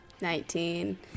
Nineteen